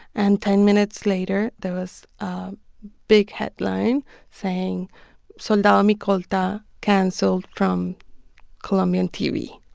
and ten minutes later, there was a big headline saying soldado micolta canceled from colombian tv.